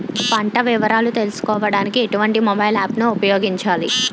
పంట వివరాలు తెలుసుకోడానికి ఎటువంటి మొబైల్ యాప్ ను ఉపయోగించాలి?